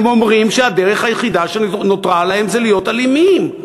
הם אומרים שהדרך היחידה שנותרה להם זה להיות אלימים,